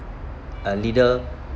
uh leader